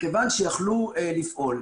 מכיוון שיכלו לפעול.